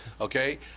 Okay